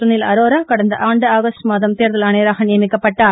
சுனில் அரோரா கடந்த ஆண்டு ஆகஸ்ட் மாதம் தேர்தல் ஆணையராக நியமிக்கப்பட்டார்